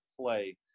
play